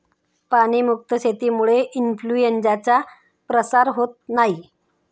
प्राणी मुक्त शेतीमुळे इन्फ्लूएन्झाचा प्रसार होत नाही